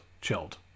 chilled